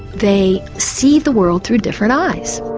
they see the world through different eyes.